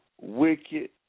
wicked